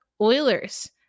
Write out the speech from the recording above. Oilers